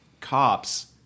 cops